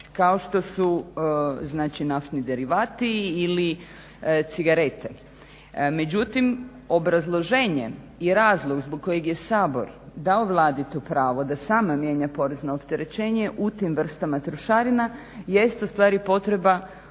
Kao što su znači naftni derivati ili cigarete. Međutim, obrazloženje i razlog zbog kojeg je Sabor dao Vladi to pravo da sam mijenja porezno opterećenje u tim vrstama trošarina jest u stvari potreba